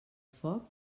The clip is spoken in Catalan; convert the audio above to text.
foc